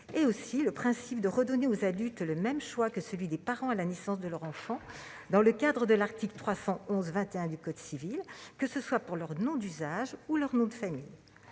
accepté le principe suivant : donner aux adultes le même choix que celui des parents à la naissance de leur enfant, dans le cadre de l'article 311-21 du code civil, que ce soit pour leur nom d'usage ou pour leur nom de famille.